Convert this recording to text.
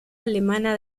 alemana